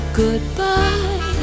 goodbye